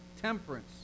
temperance